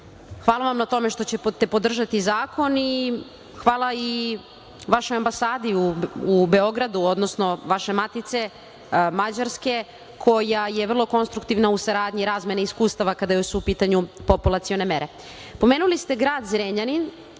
Hvala vam na tome što ćete podržati zakon. Hvala i vašoj ambasadi u Beogradu, odnosno vaše matice, Mađarske, koja je vrlo konstruktivna u saradnji razmene iskustava kada su u pitanju populacione mere. Pomenuli ste grad Zrenjanin